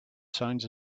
signs